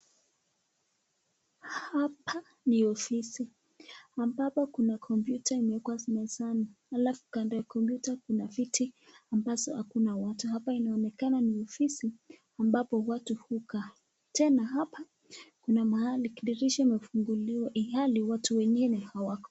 Hapa ni ofisi, ambapo kuna kompyuta imewekwa mezani halafu kando ya kompyuta kuna viti ambazo hakuna watu, hapa inaonekana ni ofisi ambapo watu hukaa, tena hapa kuna mahali dirisha imefunguliwa ilhali watu wengine hawako.